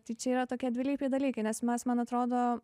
tai čia yra tokie dvilypiai dalykai nes mes man atrodo